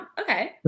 Okay